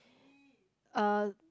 uh